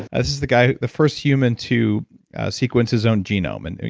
this is the guy, the first human to sequence his own genome, and, you